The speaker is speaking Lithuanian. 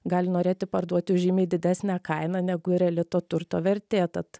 gali norėti parduoti už žymiai didesnę kainą negu reali to turto vertė tad